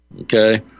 Okay